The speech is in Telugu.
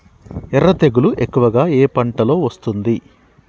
ఎర్ర తెగులు ఎక్కువగా ఏ పంటలో వస్తుంది?